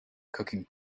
cooking